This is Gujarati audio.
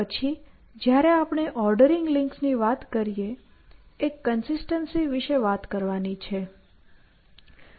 પછી જ્યારે આપણે ઓર્ડરિંગ લિંક્સની વાત કરીએ એક કન્સિસ્ટન્સી વિશે વાત કરવાની છે